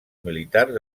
militars